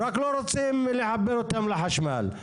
רק לא רוצים לחבר אותם לחשמל.